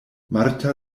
marta